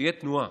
שתהיה תנועה.